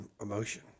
emotion